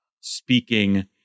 speaking